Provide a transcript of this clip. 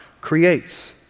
creates